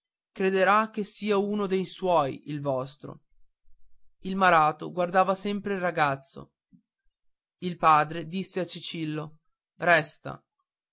crederà che sia un dei suoi il vostro il malato guardava sempre il ragazzo il padre disse a cicillo resta